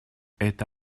это